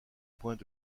points